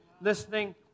listening